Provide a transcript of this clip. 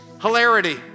hilarity